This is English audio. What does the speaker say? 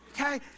Okay